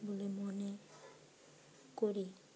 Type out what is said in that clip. বলে মনে করি